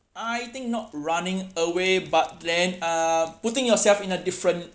I think not running away but then uh putting yourself in a different